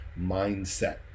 mindset